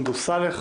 וסונדוס סאלח.